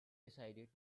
decided